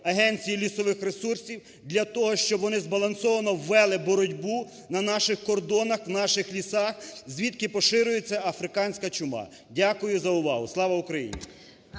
Агенції лісових ресурсів для того, щоб вони збалансовано вели боротьбу на наших кордонах, в наших лісах, звідки поширюється африканська чума. Дякую за увагу. Слава Україні!